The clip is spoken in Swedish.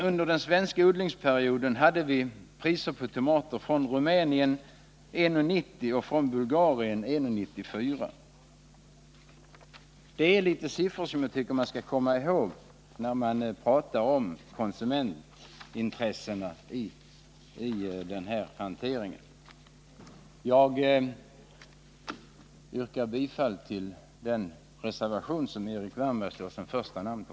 Under den svenska odlingsperioden var priset på tomater från Rumänien 1:90 och från Bulgarien 1:94. Jag tycker att man skall komma ihåg sådana siffror när man talar om konsumentintressena i den här hanteringen. Jag yrkar bifall till den reservation som Erik Wärnberg står som första namn på.